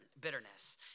bitterness